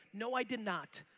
no, i did not.